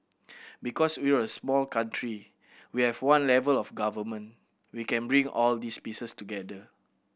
because we're a small country we have one level of Government we can bring all these pieces together